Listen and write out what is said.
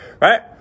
right